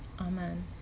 Amen